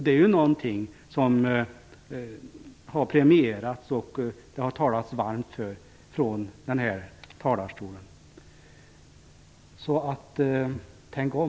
Det är något som man från denna talarstol har talat varmt för och velat premiera. Därför vill jag säga: Tänk om!